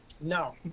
No